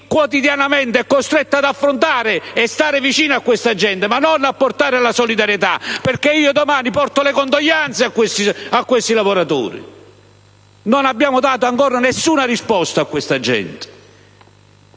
quotidianamente è costretto ad affrontare e a stare vicino a questa gente, ma non a portare la solidarietà. Domani io porterò le condoglianze a quei lavoratori. Non abbiamo dato ancora alcuna risposta a quella gente.